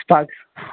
sparks